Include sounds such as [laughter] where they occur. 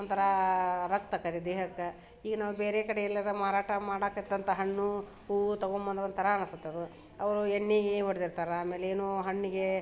ಒಂಥರ ರಕ್ತ [unintelligible] ದೇಹಕ್ಕೆ ಈಗ ನಾವು ಬೇರೆ ಕಡೆ ಎಲ್ಲಾರೂ ಮಾರಾಟ ಮಾಡಾಕ್ಕತ್ತಂಥ ಹಣ್ಣು ಹೂವು ತಗೊಂಬಂದು ಒಂಥರ ಅನಿಸುತ್ತದು ಅವರು ಎಣ್ಣೆ ಹೊಡ್ದಿರ್ತಾರೆ ಆಮೇಲೆ ಏನು ಹಣ್ಣಿಗೆ